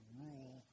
rule